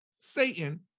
Satan